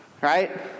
right